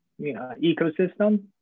ecosystem